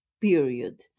period